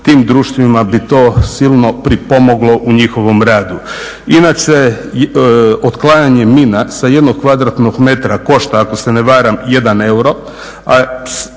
tim društvima bi to silno pripomoglo u njihovom radu. Inače otklanjanje mina sa jednog kvadratnog metra košta ako se ne varam 1 euro